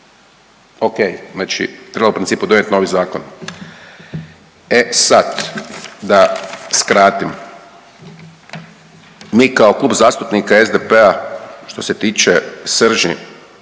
okej znači treba u principu donijet novi zakon. E sad da skratim, mi kao Klub zastupnika SDP-a što se tiče srži